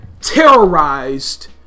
terrorized